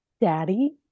daddy